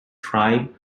tribe